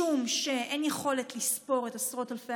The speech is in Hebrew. משום שאין יכולת לספור את עשרות אלפי